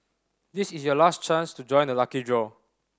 this is your last chance to join the lucky draw